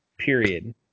Period